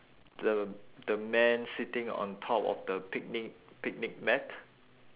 the the man sitting on top of the picnic picnic mat